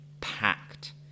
packed